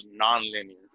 nonlinear